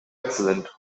excellent